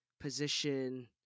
position